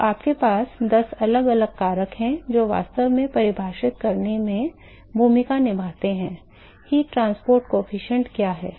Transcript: तो आपके पास 10 अलग अलग कारक हैं जो वास्तव में परिभाषित करने में भूमिका निभाते हैं ऊष्मा परिवहन गुणांक क्या है